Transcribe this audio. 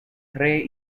tre